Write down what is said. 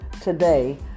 today